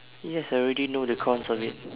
yes I already know the cons of it